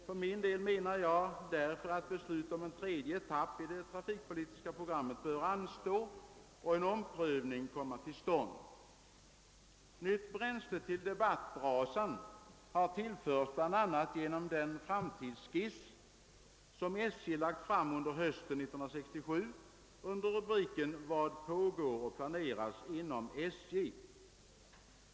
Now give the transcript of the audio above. För min del anser jag därför att ett beslut om en tredje etapp i det trafikpolitiska programmet bör anstå och en omprövning göras. Nytt bränsle till debattbrasan har tillförts bl.a. genom den framtidsskiss med rubriken »Vad pågår och planeras inom SJ?», som SJ lade fram under hösten 1967.